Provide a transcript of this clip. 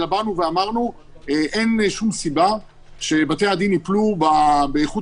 אלא אמרנו שאין שום סיבה שבתי הדין ייפלו באיכות